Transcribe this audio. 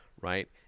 right